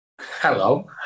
Hello